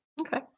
okay